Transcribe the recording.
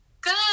Good